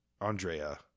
Andrea